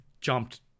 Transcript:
jumped